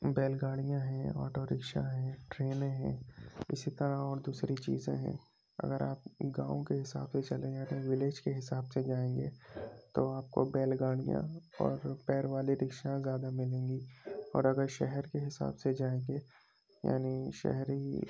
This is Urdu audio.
بیل گاڑیاں ہیں آٹو رکشا ہے ٹرینیں ہیں اِسی طرح اور دوسری چیزیں ہیں اگر آپ گاؤں کے حساب سے چلیں گے تو ولیج کے حساب سے جائیں گے تو آپ کو بیل گاڑیاں اور پیر والے رکشا زیادہ ملیں گے اور اگر شہر کے حساب سے جائیں گے یعنی شہری